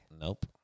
Nope